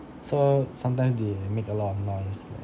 so sometimes they make a lot of noise like